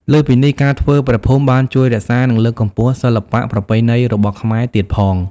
លើសពីនេះ ការធ្វើព្រះភូមិបានជួយរក្សានិងលើកកម្ពស់សិល្បៈប្រពៃណីរបស់ខ្មែរទៀតផង។